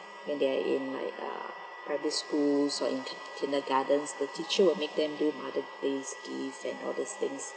when they are in like uh primary school so in kindergartens the teacher will make them do mother's days gifts and all those things